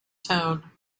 tone